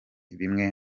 bimwe